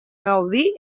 gaudir